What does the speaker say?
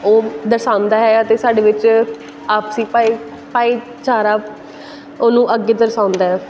ਉਹ ਦਰਸਾਉਂਦਾ ਹੈ ਅਤੇ ਸਾਡੇ ਵਿੱਚ ਆਪਸੀ ਭਾਈ ਭਾਈਚਾਰਾ ਉਹਨੂੰ ਅੱਗੇ ਦਰਸਾਉਂਦਾ